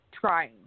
trying